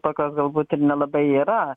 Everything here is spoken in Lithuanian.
tokios galbūt ir nelabai yra